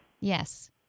Yes